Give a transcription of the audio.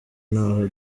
naho